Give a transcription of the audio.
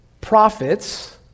prophets